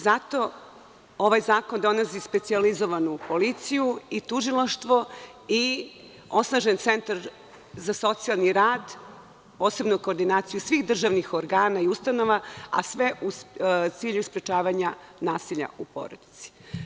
Zato ovaj zakon donosi specijalizovanu policiju i tužilaštvo i osnažen centar za socijalni rad, posebno koordinaciju svih državnih organa i ustanova, a sve u cilju sprečavanja nasilja u porodici.